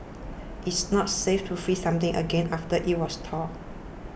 it's not safe to freeze something again after it was thawed